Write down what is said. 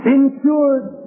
insured